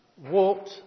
walked